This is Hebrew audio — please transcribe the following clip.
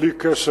בלי קשר,